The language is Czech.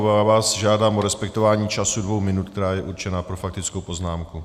Já vás žádám o respektování času dvou minut, který je určen pro faktickou poznámku.